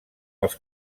els